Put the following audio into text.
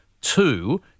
Two